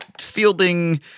Fielding